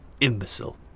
imbecile